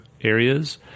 areas